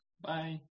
Bye